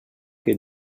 que